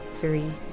three